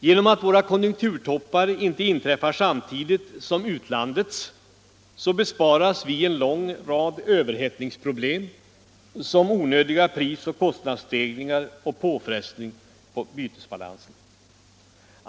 Genom att våra konjunkturtoppar inte inträffar samtidigt som utlandets besparas vi en lång rad överhettningsproblem, såsom onödiga prisoch kostnadsstegringar och påfrestning på bytesbalansen.